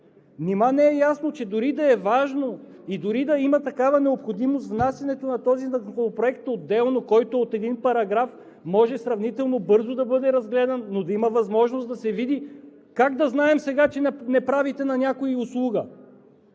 Нима не е ясно, че дори да е важно и дори да има такава необходимост от внасянето отделно на този законопроект, който е от един параграф, може сравнително бързо да бъде разгледан, но да има възможност да се види?! Как да знаем сега, че не правите услуга